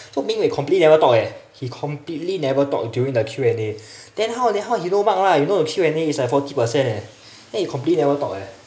so ming wei completely never talk eh he completely never talk until during the Q&A then how then how he no mark lah you know the Q&A is like forty percent leh then he completely never talk eh